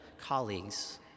colleagues